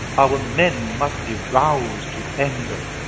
our men must be roused to anger